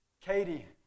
Katie